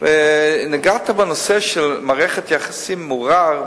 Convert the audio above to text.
נגעת בנושא מערכת יחסים מעורערת,